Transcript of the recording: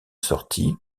sortie